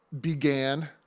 began